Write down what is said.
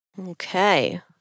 Okay